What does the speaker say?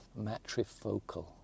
matrifocal